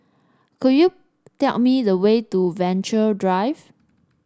could you tell me the way to Venture Drive